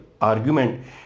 argument